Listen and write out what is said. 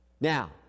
Now